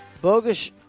Bogus